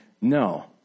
no